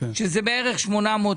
זה לא בגלל שאני מסכים איתך אלא מכיוון